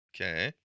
Okay